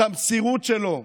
את המסירות שלו,